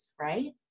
right